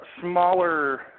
smaller